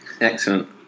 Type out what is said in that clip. excellent